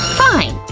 fine!